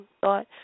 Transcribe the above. thought